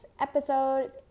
episode